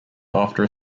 after